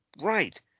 Right